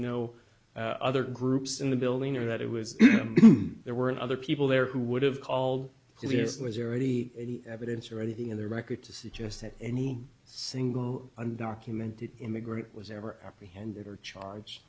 no other groups in the building or that it was there were other people there who would have called it just was already evidence or anything in the record to suggest that any single undocumented immigrant was ever apprehended or charge